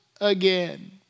again